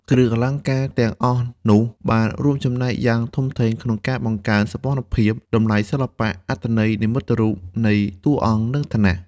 គ្រឿងអលង្ការទាំងអស់នោះបានរួមចំណែកយ៉ាងធំធេងក្នុងការបង្កើនសោភ័ណភាព តម្លៃសិល្បៈ អត្ថន័យនិមិត្តរូបនៃតួអង្គ និងឋានៈ។